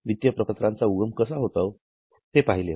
वित्तीय प्रपत्रांचा उगम कसा होतो ते पहिले